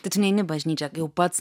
tai tu neini į bažnyčią jau pats